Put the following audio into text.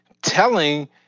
Telling